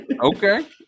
Okay